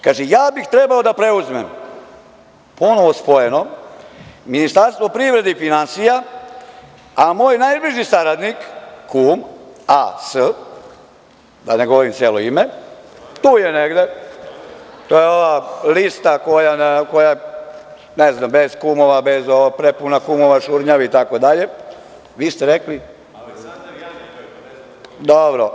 Kaže – ja bih trebao da preuzmem, ponovo spojeno, Ministarstvo privrede i finansija, a moj najbliži saradnik, kum A.S. da ne govorim celo ime, tu je negde, to je ova lista koja je bez kumova, prepuna kumova, šurnjaji itd, vi ste rekli, dobro.